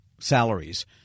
salaries